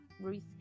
ruth